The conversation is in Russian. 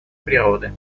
природы